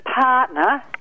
partner